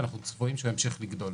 ואנחנו צופים שימשיך לגדול.